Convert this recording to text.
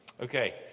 Okay